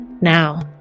now